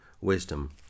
wisdom